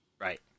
Right